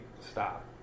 stop